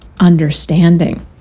understanding